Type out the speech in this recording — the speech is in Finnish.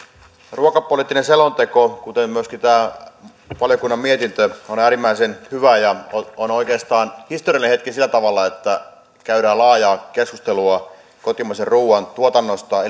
ruokapoliittinen selonteko kuten myöskin tämä valiokunnan mietintö ovat äärimmäisen hyviä ja on oikeastaan historiallinen hetki sillä tavalla että käydään laajaa keskustelua kotimaisen ruuan tuotannosta